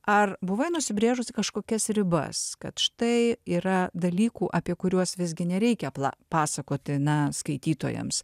ar buvai nusibrėžusi kažkokias ribas kad štai yra dalykų apie kuriuos visgi nereikia pla pasakoti na skaitytojams